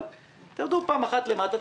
אבל תרדו פעם אחת למטה,